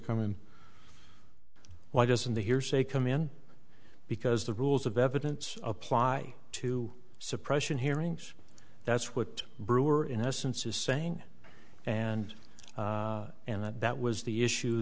come in why doesn't the hearsay come in because the rules of evidence apply to suppression hearings that's what brewer in essence is saying and and that was the issue